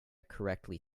correctly